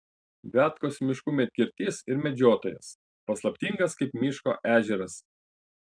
viatkos miškų medkirtys ir medžiotojas paslaptingas kaip miško ežeras